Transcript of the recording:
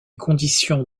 conditions